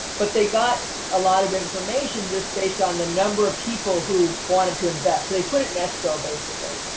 but they got a lot of information, just based on the number of people who wanted to invest. so they put it in escrow, basically,